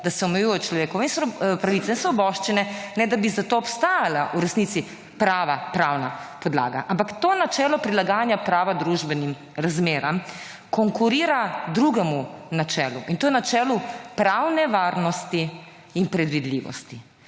da se omejujejo človekove pravice in svoboščine ne, da bi za to obstajala v resnici prav pravna podlaga, ampak to načelo prilagajanja prava družbenim razmeram konkurira drugemu načelu in to je načelu pravne varnosti in predvidljivosti.